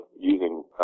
using